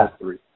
three